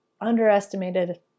underestimated